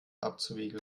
abzuwiegeln